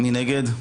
מי נגד?